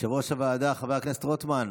יושב-ראש הוועדה חבר הכנסת רוטמן,